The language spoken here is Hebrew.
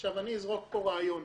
עכשיו אני אזרוק פה רעיון,